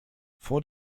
vor